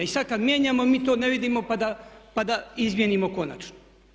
I sad kad mijenjamo mi to ne vidimo, pa da izmijenimo konačno.